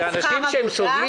אלה אנשים טובים.